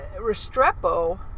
Restrepo